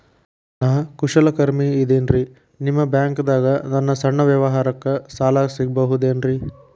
ನಾ ಕುಶಲಕರ್ಮಿ ಇದ್ದೇನ್ರಿ ನಿಮ್ಮ ಬ್ಯಾಂಕ್ ದಾಗ ನನ್ನ ಸಣ್ಣ ವ್ಯವಹಾರಕ್ಕ ಸಾಲ ಸಿಗಬಹುದೇನ್ರಿ?